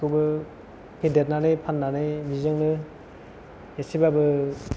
बेखौबो फेदेरनानै फाननानै बिजोंनो एसेब्लाबो